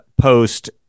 post